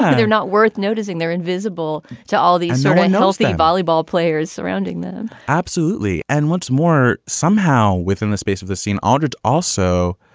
ah they're not worth noticing. they're invisible to all these. certainly knows the and volleyball players surrounding them absolutely. and what's more, somehow within the space of this scene ordered also,